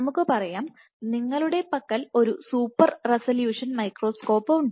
നമുക്ക് പറയാം നിങ്ങളുടെ പക്കൽ ഒരു സൂപ്പർ റെസല്യൂഷൻ മൈക്രോസ്കോപ്പ് ഉണ്ട്